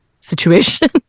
situation